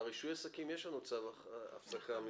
אם מדובר בעבירה על מיגון ואבטחה,